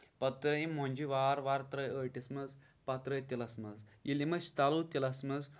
پَتہٕ ترٲوو یِم مۄنجہِ وارٕ وارٕ ترٲو ٲٹِس منٛز پَتہٕ ترٲوو تیٖلَس منٛز ییٚلہِ أسۍ یِم أسۍ تَلو تیٖلَس منٛز